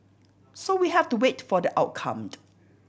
so we have to wait for the outcome